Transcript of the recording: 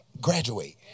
Graduate